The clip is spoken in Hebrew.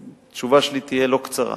התשובה שלי תהיה לא קצרה.